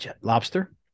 Lobster